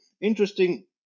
interesting